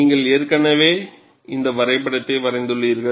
நீங்கள் ஏற்கனவே இந்த வரைபடத்தை வரைந்துள்ளீர்கள்